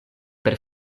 per